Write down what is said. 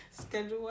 Schedule